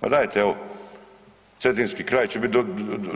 Pa dajte evo, cetinski kraj će bit,